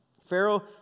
Pharaoh